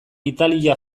italia